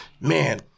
man